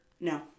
No